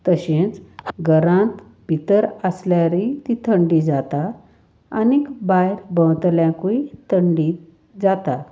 तशेंच घरांत भितर आसल्यारय ती थंडी जाता आनीक भायर भोंवतल्याकूय थंडी जाता